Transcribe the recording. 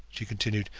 she continued.